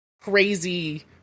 crazy